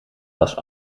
was